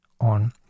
on